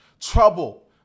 trouble